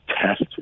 test